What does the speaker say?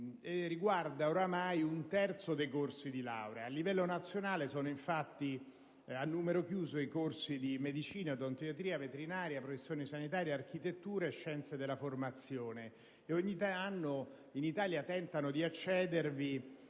e riguarda ormai un terzo dei corsi di laurea. A livello nazionale sono infatti a numero chiuso i corsi di medicina, odontoiatria, veterinaria, professioni sanitarie, architettura e scienze della formazione. Ogni anno in Italia tentano di accedere,